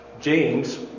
James